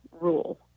rule